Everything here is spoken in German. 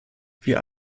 wir